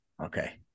Okay